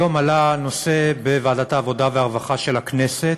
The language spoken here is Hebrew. היום עלה בוועדת העבודה והרווחה של הכנסת,